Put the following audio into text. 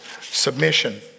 submission